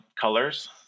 colors